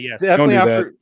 yes